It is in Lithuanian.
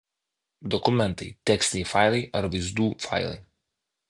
dokumentai tekstiniai failai ar vaizdų failai